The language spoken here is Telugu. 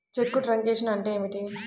చెక్కు ట్రంకేషన్ అంటే ఏమిటి?